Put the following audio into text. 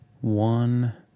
one